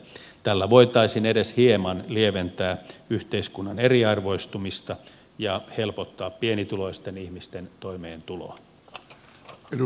tällä voitaisiin edes hieman lieventää yhteiskunnan eriarvoistumista ja helpottaa pienituloisten ihmisten toimeentuloa